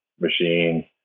machine